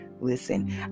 listen